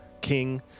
king